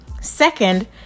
Second